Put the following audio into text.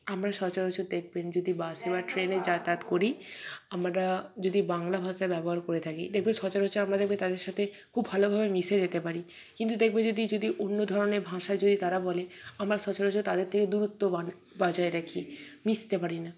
আমরা সচরাচর দেখবেন যদি বাসে বা ট্রেনে যাতায়াত করি আমরা যদি বাংলা ভাষা ব্যবহার করে থাকি দেখবেন সচরাচর আমরা দেখবেন তাদের সাথে খুব ভালোভাবে মিশে যেতে পারি কিন্তু দেখবে যদি যদি অন্য ধরনের ভাষা যদি তারা বলে আমরা সচরাচর তাদের থেকে দূরত্ব বানাই বজায় রাখি মিশতে পারি না